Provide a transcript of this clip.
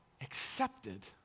accepted